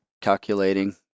calculating